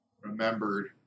remembered